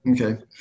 Okay